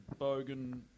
bogan